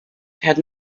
had